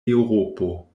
eŭropo